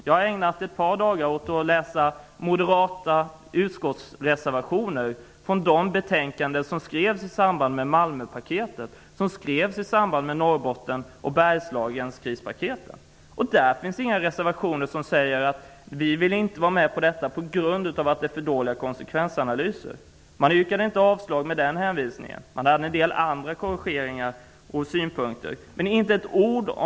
Jag har under ett par dagar läst moderata reservationer i de utskottsbetänkanden som skrevs med anledning av Bergslagen. I dessa betänkanden finns inga reservationer där man säger att man inte vill vara med om detta på grund av att konsekvensanalyserna är för dåliga. Man yrkade inte avslag med en sådan hänvisning, utan man framförde andra synpunkter och gjorde en del andra korrigeringar.